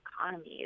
economies